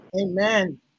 amen